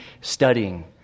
studying